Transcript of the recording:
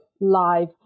Live